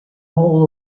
all